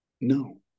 No